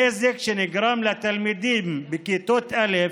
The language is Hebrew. הנזק שנגרם לתלמידים בכיתות א'